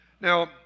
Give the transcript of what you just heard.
Now